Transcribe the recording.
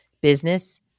business